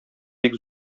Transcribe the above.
бик